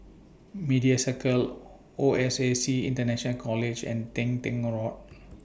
Media Circle O S A C International College and Teng Tong Road